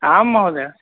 आं महोदय